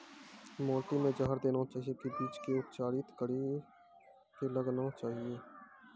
माटी मे जहर देना चाहिए की बीज के उपचारित कड़ी के लगाना चाहिए?